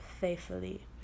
faithfully